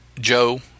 Joe